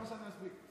כבוד היושב-ראש,